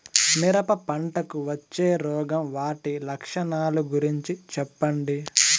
మిరప పంటకు వచ్చే రోగం వాటి లక్షణాలు గురించి చెప్పండి?